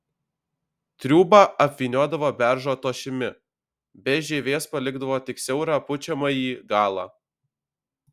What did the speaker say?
triūbą apvyniodavo beržo tošimi be žievės palikdavo tik siaurą pučiamąjį galą